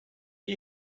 you